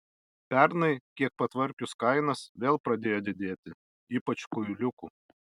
pernai kiek patvarkius kainas vėl pradėjo didėti ypač kuiliukų